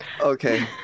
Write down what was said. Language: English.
Okay